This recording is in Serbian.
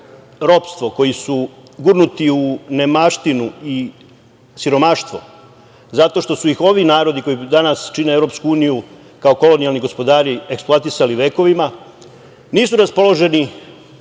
ropstvo, koji su gurnuti u nemaštinu i siromaštvo, zato što su ih ovi narodi koji danas čine EU, kao kolonijalni gospodari eksploatisali vekovima nisu raspoloženi